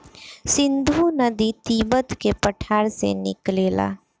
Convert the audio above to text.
सिन्धु नदी तिब्बत के पठार से निकलेला